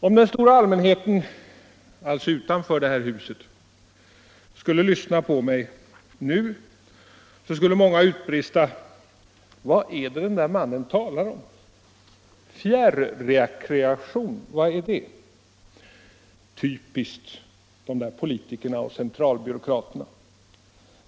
Om den stora allmänheten, utanför det här huset, lyssnade på mig nu skulle många utbrista: Vad är det den där mannen talar om? Fjärrrekreation, vad är det? Typiskt de där politikerna och centralbyråkraterna!